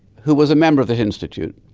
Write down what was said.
who was a member of this institute,